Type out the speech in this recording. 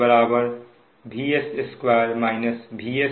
और QS VS2 VS